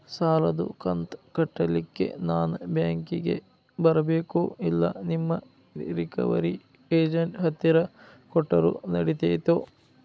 ಸಾಲದು ಕಂತ ಕಟ್ಟಲಿಕ್ಕೆ ನಾನ ಬ್ಯಾಂಕಿಗೆ ಬರಬೇಕೋ, ಇಲ್ಲ ನಿಮ್ಮ ರಿಕವರಿ ಏಜೆಂಟ್ ಹತ್ತಿರ ಕೊಟ್ಟರು ನಡಿತೆತೋ?